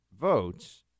votes